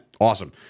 Awesome